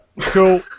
Cool